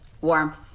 Warmth